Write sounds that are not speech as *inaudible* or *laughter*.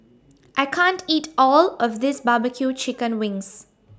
*noise* I can't eat All of This Barbecue Chicken Wings